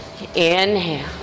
Inhale